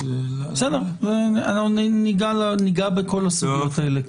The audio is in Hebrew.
ניגע בכל הסוגיות האלה.